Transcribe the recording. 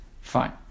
Fine